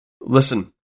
Listen